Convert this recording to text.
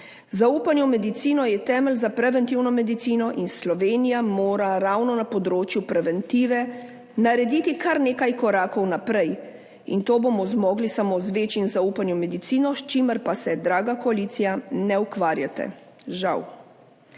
Zaupanje v medicino je temelj za preventivno medicino in Slovenija mora ravno na področju preventive narediti kar nekaj korakov naprej. To bomo zmogli samo z večjim zaupanjem v medicino, s čimer pa se, draga koalicija, ne ukvarjate, žal.